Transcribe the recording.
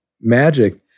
magic